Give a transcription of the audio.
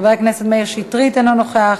חבר הכנסת מאיר שטרית, אינו נוכח.